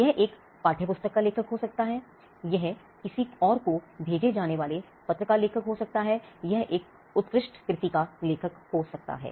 यह एक पाठ्यपुस्तक का लेखक हो सकता है यह किसी और को भेजे जाने वाले पत्र का लेखक हो सकता है यह एक उत्कृष्ट कृति का लेखक हो सकता है